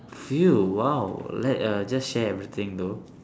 field !wow! let uh just share everything though